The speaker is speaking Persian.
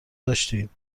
داشتید